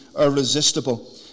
irresistible